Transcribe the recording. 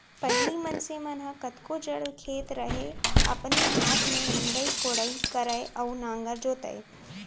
पहिली मनसे मन ह कतको जड़ खेत रहय अपने हाथ में निंदई कोड़ई करय अउ नांगर जोतय